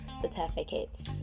certificates